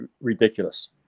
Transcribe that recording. ridiculous